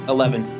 Eleven